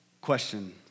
Question